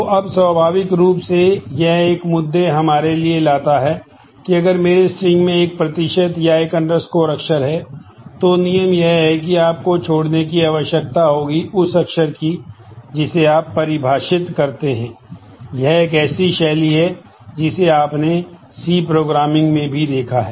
तो अब स्वाभाविक रूप से यह एक मुद्दे हमारे लिए लाता है कि अगर मेरे स्ट्रिंग में भी देखा है